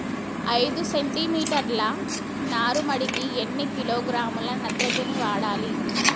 ఐదు సెంటిమీటర్ల నారుమడికి ఎన్ని కిలోగ్రాముల నత్రజని వాడాలి?